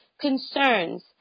concerns